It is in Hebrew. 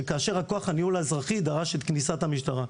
כאשר כוח הניהול האזרחי דרש את כניסת המשטרה.